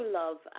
love